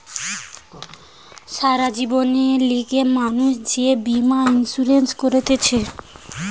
সারা জীবনের লিগে মানুষ যে বীমা ইন্সুরেন্স করতিছে